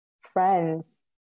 friends